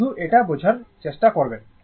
শুধু এটা বোঝার চেষ্টা করবেন